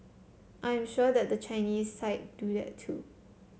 I am sure that the Chinese side do that too